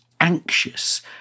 anxious